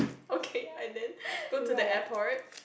okay and then go to the airport